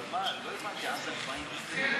קבוצת סיעת המחנה הציוני